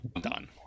done